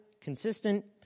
consistent